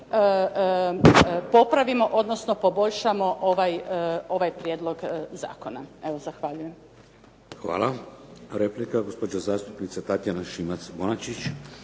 popravimo, odnosno poboljšamo ovaj prijedlog zakona. Evo zahvaljujem. **Šeks, Vladimir (HDZ)** Hvala. Replika, gospođa zastupnica Tatjana Šimac-Bonačić.